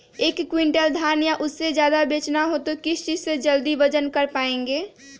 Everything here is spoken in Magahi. एक क्विंटल धान या उससे ज्यादा बेचना हो तो किस चीज से जल्दी वजन कर पायेंगे?